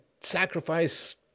sacrifice